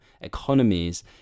economies